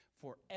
forever